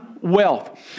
Wealth